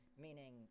meaning